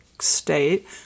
state